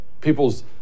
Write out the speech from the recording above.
People's